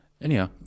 Anyhow